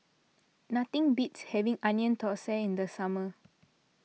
nothing beats having Onion Thosai in the summer